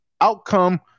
outcome